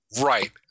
right